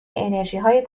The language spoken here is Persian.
انرژیهای